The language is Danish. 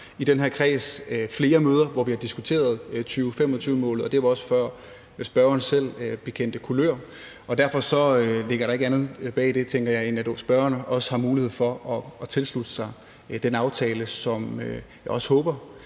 i den her kreds har haft flere møder, hvor vi har diskuteret 2025-målet, og det var også, før spørgeren selv bekendte kulør, og derfor ligger der, tænker jeg, ikke andet bag det, end at spørgeren også har mulighed for at tilslutte sig den aftale, som jeg også håber